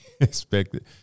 expected